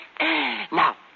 Now